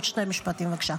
עוד שני משפטים, בבקשה.